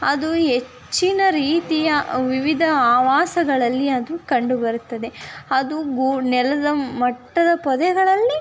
ಅದು ಹೆಚ್ಚಿನ ರೀತಿಯ ವಿವಿಧ ಆವಾಸಗಳಲ್ಲಿ ಅದು ಕಂಡುಬರುತ್ತದೆ ಅದು ಗು ನೆಲದ ಮಟ್ಟದ ಪೊದೆಗಳಲ್ಲಿ